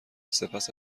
سپس